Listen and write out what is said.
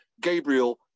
Gabriel